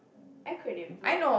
acronym like